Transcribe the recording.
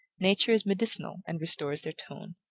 nature is medicinal and restores their tone.